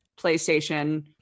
PlayStation